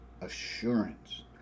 assurance